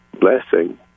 blessing